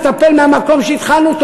נטפל מהמקום שהתחלנו,